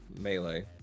melee